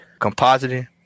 compositing